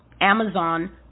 Amazon